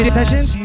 sessions